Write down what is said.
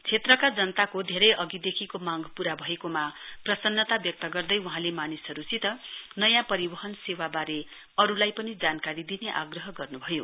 क्षेत्रका जनताको धेरै अघिदेखको मांग पूरा भएकोमा प्रसन्नता व्यक्त गर्दै वहाँले मानिसहरूसित नयाँ परिवहन सेवाबारे अरूलाई पनि जानकारी दिने आग्रह गर्नुभयो